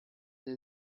den